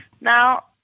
Now